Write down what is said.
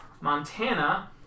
Montana